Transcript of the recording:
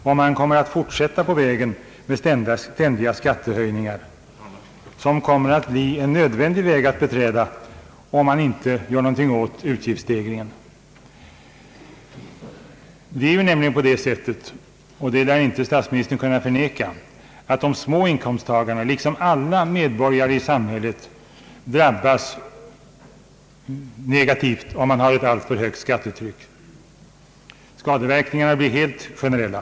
Kommer man att fortsätta på vägen med ständiga skattehöjningar, en nödvändig väg att beträda om inget görs åt utgiftsstegringarna? Statsministern lär inte kunna förneka att de små inkomstta garna liksom alla övriga medborgare i samhället drabbas negativt av ett alltför högt skattetryck. Skadeverkningarna blir helt generella.